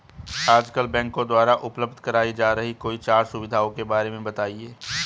आजकल बैंकों द्वारा उपलब्ध कराई जा रही कोई चार सुविधाओं के बारे में बताइए?